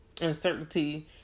uncertainty